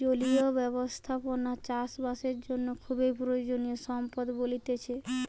জলীয় ব্যবস্থাপনা চাষ বাসের জন্য খুবই প্রয়োজনীয় সম্পদ বলতিছে